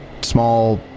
small